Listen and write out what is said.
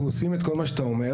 אנחנו עושים את כל מה שאתה אומר.